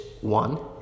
one